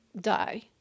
die